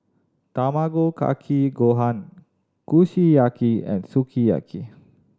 Tamago Kake Gohan Kushiyaki and Sukiyaki